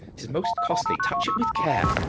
it is most costly. touch it with care.